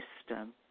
system